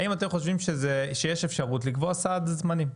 האם אתם חושבים שיש אפשרות לקבוע סעד זמנים?